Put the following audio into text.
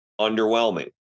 underwhelming